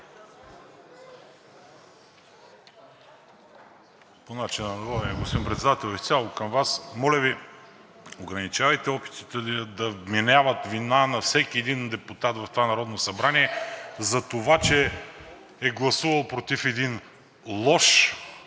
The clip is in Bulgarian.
Моля Ви, ограничавайте опитите да вменяват вина на всеки един депутат в това Народно събрание, че е гласувал против един лош